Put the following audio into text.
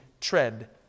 tread